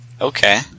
Okay